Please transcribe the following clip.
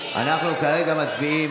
אנחנו מצביעים